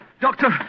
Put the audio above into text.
Doctor